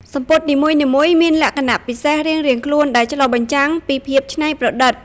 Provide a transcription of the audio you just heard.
សំពត់នីមួយៗមានលក្ខណៈពិសេសរៀងៗខ្លួនដែលឆ្លុះបញ្ចាំងពីភាពច្នៃប្រឌិត។